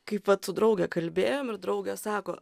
kaip vat su drauge kalbėjom ir draugė sako